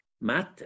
matter